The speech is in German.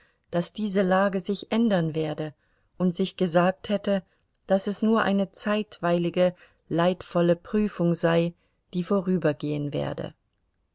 daß diese lage sich ändern werde und sich gesagt hätte daß es nur eine zeitweilige leidvolle prüfung sei die vorübergehen werde